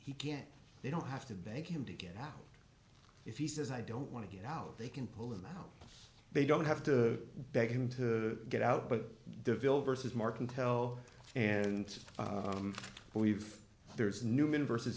he can't they don't have to beg him to get out if he says i don't want to get out they can pull him out they don't have to beg him to get out but developers as mark can tell and believe there's newman versus